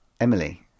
Emily